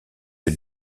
que